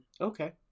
okay